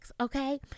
okay